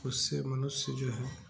उससे मनुष्य जो है